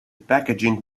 packaging